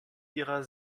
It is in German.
ihrer